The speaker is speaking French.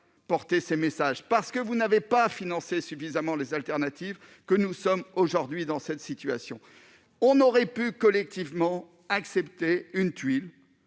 porté ces messages et que vous n'avez pas financé suffisamment les alternatives que nous sommes aujourd'hui dans cette situation. On aurait pu collectivement accepter une tuile-